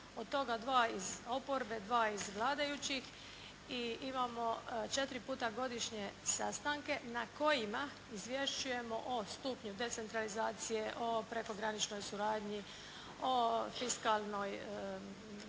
od toga dva iz oporbe, dva iz vladajućih i imamo četiri puta godišnje sastanke na kojima izvješćujemo o stupnju decentralizacije, o prekograničnoj suradnji, o fiskalnoj